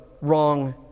wrong